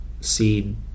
seed